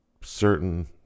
certain